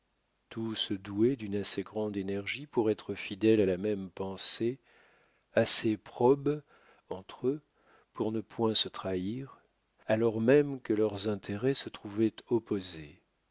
tous doués d'une assez grande énergie pour être fidèles à la même pensée assez probes entre eux pour ne point se trahir alors même que leurs intérêts se trouvaient opposés